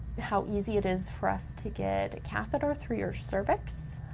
how easy it is for us to get a catheter through your cervix,